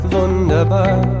wunderbar